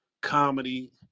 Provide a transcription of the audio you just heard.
comedy